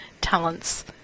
talents